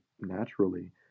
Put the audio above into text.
naturally